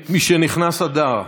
משנכנס אדר.